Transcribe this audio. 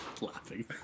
Laughing